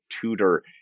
tutor